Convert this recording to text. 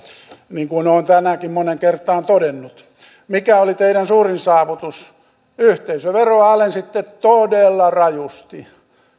niin kuin olen tänäänkin moneen kertaan todennut mikä oli teidän suurin saavutuksenne yhteisöveroa alensitte todella rajusti